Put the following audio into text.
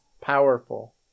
powerful